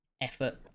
Effort